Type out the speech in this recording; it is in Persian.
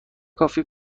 کافی